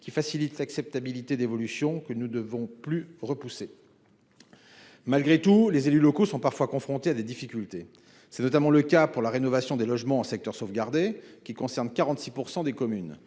qui facilite l'acceptabilité d'une évolution que nous ne devons plus différer. Malgré tout, les élus locaux sont parfois confrontés à des difficultés. C'est notamment le cas avec la rénovation des logements en secteur sauvegardé, qui concerne 46 % des communes.